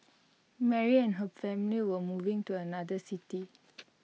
Mary and her family were moving to another city